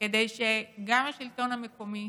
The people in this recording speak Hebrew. כדי שגם השלטון המקומי,